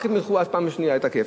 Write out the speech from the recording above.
רק אז ילכו בפעם השנייה לתקף.